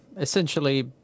essentially